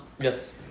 yes